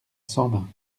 sambin